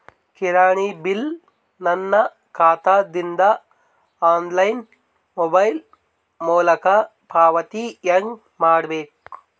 ಕಿರಾಣಿ ಬಿಲ್ ನನ್ನ ಖಾತಾ ದಿಂದ ಆನ್ಲೈನ್ ಮೊಬೈಲ್ ಮೊಲಕ ಪಾವತಿ ಹೆಂಗ್ ಮಾಡಬೇಕು?